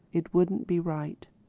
it wouldn't be right.